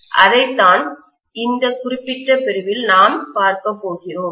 அதைத்தான் இந்த குறிப்பிட்ட பிரிவில் நாம் பார்க்கப்போகிறோம்